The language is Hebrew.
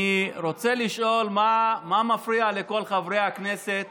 אני רוצה לשאול מה מפריע לכל חברי הכנסת